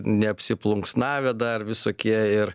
neapsiplunksnavę dar visokie ir